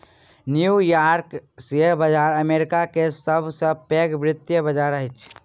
new York share बाजार America के सब से पैघ वित्तीय बाजार अछि